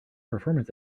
performance